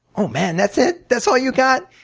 oh man, that's it? that's all you got?